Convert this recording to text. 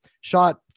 shot